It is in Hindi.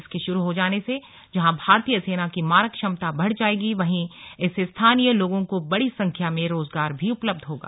इसके शुरू हो जाने से जहां भारतीय सेना की मारक क्षमता बढ़ जाएगी वहीं इससे स्थानीय लोगों को बड़ी संख्या में रोजगार भी उपलब्ध होगा